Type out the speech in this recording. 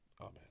Amen